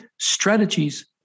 strategies